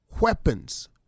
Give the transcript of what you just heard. weapons